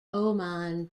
oman